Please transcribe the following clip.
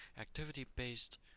activity-based